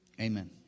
amen